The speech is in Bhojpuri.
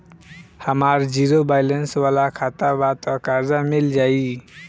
हमार ज़ीरो बैलेंस वाला खाता बा त कर्जा मिल जायी?